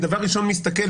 דבר ראשון אני מסתכל,